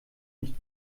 nicht